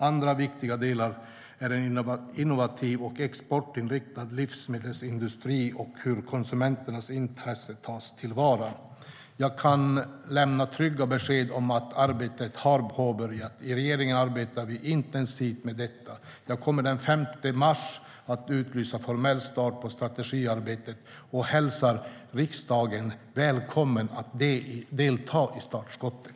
Andra viktiga delar är en innovativ och exportinriktad livsmedelsindustri och hur konsumenternas intressen tas till vara. Jag kan lämna trygga besked om att arbetet har börjat. I regeringen arbetar vi intensivt med detta. Jag kommer den 5 mars att utlysa en formell start på strategiarbetet och hälsar riksdagen välkommen att delta i det startskottet.